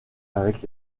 avec